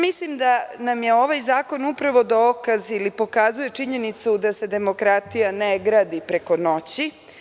Mislim da nam je ovaj zakon upravo dokaz ili pokazuje činjenicu da se demokratija ne gradi preko noći.